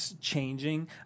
changing